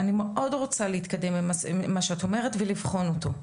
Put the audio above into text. אני מאוד רוצה להתקדם עם מה שאת אומרת ולבחון אותו.